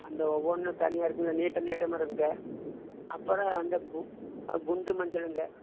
அந்த ஒவ்வொன்னும் தனியாக இருக்கும்ல நீட்டம் நீட்டமாக இருக்குதுங்க அப்புறம் அந்த குண்டு மஞ்சள்ங்க